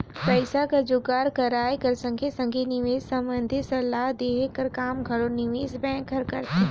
पइसा कर जुगाड़ कराए कर संघे संघे निवेस संबंधी सलाव देहे कर काम घलो निवेस बेंक हर करथे